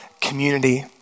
community